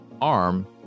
arm